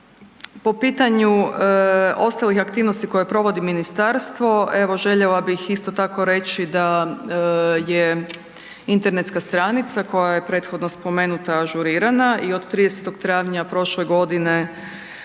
Po pitanju ostalih aktivnosti koje provodi ministarstvo, evo željela bih isto tako, reći da je internetska stranica koja je prethodno spomenuta, ažurirana i od 30. travnja prošle godine